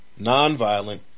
nonviolent